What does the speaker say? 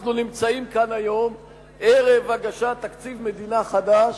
אנחנו נמצאים כאן היום ערב הגשת תקציב מדינה חדש,